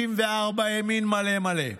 64 ימין מלא מלא.